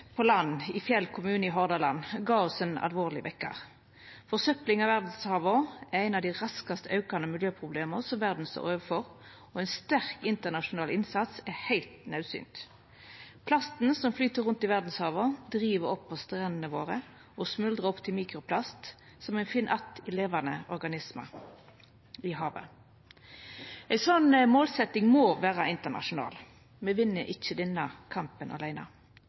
på land i Fjell kommune i Hordaland, gav oss ein alvorleg vekkjar. Forsøpling av verdshava er eit av dei raskast aukande miljøproblema som verda står overfor, og ein sterk internasjonal innsats er heilt naudsynt. Plasten som flyt rundt i verdshava, driv opp på strendene våre og smuldrar opp til mikroplast, som ein finn att i levande organismar i havet. Ei slik målsetjing må vera internasjonal. Me vinn ikkje denne kampen aleine.